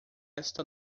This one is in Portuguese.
esta